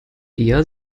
eher